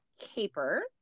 caper